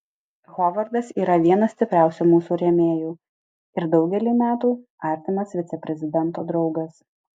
hovardas yra vienas stipriausių mūsų rėmėjų ir daugelį metų artimas viceprezidento draugas